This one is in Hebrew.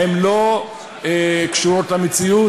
הן לא קשורות למציאות.